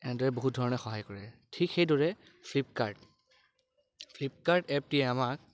এনেদৰে বহুত ধৰণে সহায় কৰে ঠিক সেইদৰে ফ্লিপকাৰ্ট ফ্লিপকাৰ্ট এপটিয়ে আমাক